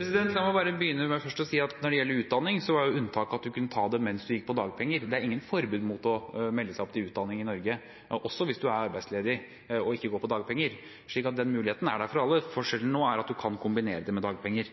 La meg bare begynne med først å si at når det gjelder utdanning, var jo unntaket at man kunne ta det mens man gikk på dagpenger. Det er ikke noe forbud mot å melde seg opp til utdanning i Norge også hvis man er arbeidsledig og ikke går på dagpenger, så den muligheten er der for alle. Forskjellen nå er at man kan kombinere det med dagpenger.